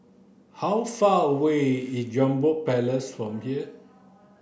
how far away is Jambol Palace from here